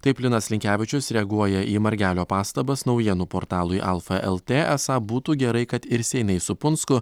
taip linas linkevičius reaguoja į margelio pastabas naujienų portalui alfa lt esą būtų gerai kad ir seinai su punsku